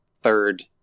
third